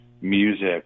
music